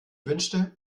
wünschte